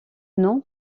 nom